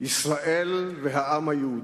ישראל והעם היהודי.